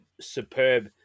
superb